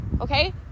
okay